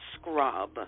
scrub